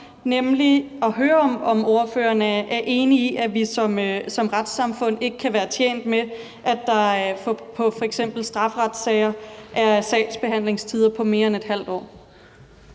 Jeg vil høre, om ordføreren er enig i, at vi som retssamfund ikke kan være tjent med, at der i f.eks. strafferetssager er sagsbehandlingstider på mere end et halvt år.